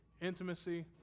intimacy